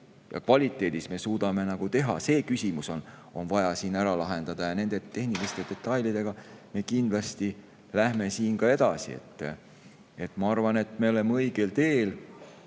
ja kvaliteediga me suudame [seda osutada]. See küsimus on vaja siin ära lahendada, ja nende tehniliste detailidega me kindlasti läheme siit edasi. Ma arvan, et me oleme õigel teel.